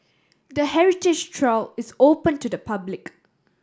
the heritage trail is open to the public